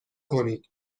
کنید